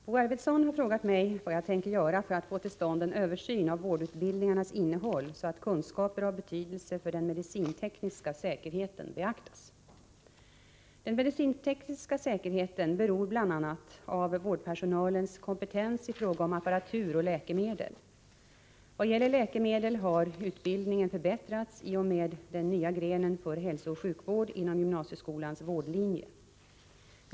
Herr talman! Bo Arvidson har frågat mig vad jag tänker göra för att få till stånd en översyn av vårdutbildningarnas innehåll, så att kunskaper av betydelse för den medicintekniska säkerheten beaktas. Den medicintekniska säkerheten beror bl.a. av vårdpersonalens kompetens i fråga om apparatur och läkemedel. I vad gäller läkemedel har utbildningen förbättrats i och med den nya grenen för hälsooch sjukvård inom gymnasieskolans vårdlinje.